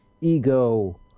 ego